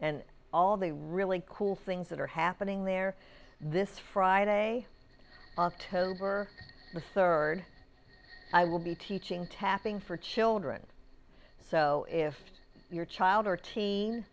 and all the really cool things that are happening there this friday october the third i will be teaching tapping for children so if your child or